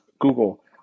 Google